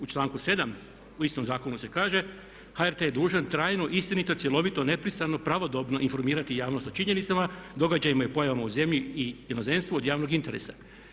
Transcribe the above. U članku 7. u istom zakonu se kaže HRT je dužan trajno, istinito, cjelovito, nepristrano, pravodobno informirati javnost o činjenicama, događajima i pojavama u zemlji i inozemstvu od javnog interesa.